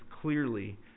clearly